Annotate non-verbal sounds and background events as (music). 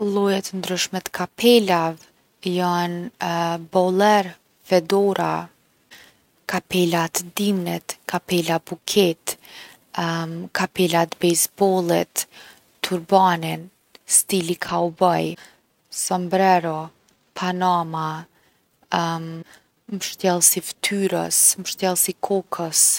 Lloje t’ndryshme t’kapelave jon (hesitation) boler, fedora, kapela t’dimnit, kapela buketë (hesitation) kapela t’bejzbollit, turbani, stili kauboj, sombrero, panama (hesitation) mbshtjellës i ftyrës, mbshtjellës i kokës.